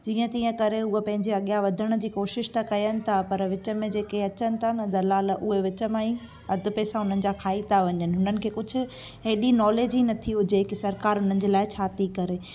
जीअं तीअं करे उहे पंहिंजी अॻियां वधण जी कोशिशि था कनि था पर विच में जेके अचनि था न दलाल उहे विच मां ई अधु पैसा उन्हनि जा खाई था वञनि हुननि खे कुझु हेॾी नॉलेज ई नथी हुजे की सरकारु हुननि जे लाइ छा थी करे